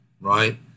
Right